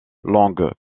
langues